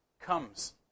comes